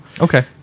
Okay